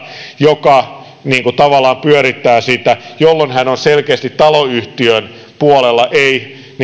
joka tavallaan pyörittää sitä jolloin hän on selkeästi taloyhtiön puolella eikä